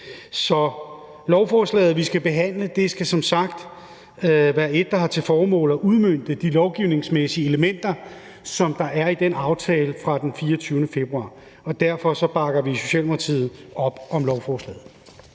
Så lovforslaget, vi skal behandle, skal som sagt være et forslag, der har til formål at udmønte de lovgivningsmæssige elementer, som der er i den aftale fra den 24. februar, og derfor bakker vi i Socialdemokratiet op om lovforslaget.